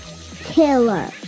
killer